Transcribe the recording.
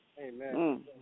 Amen